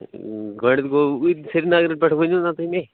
گۄڈنٮ۪تھ گوٚو سرینگرٕ پٮ۪ٹھ ؤنِو نا تُہۍ مےٚ